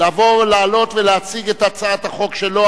לבוא ולעלות ולהציג את הצעת החוק שלו,